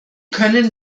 können